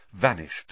vanished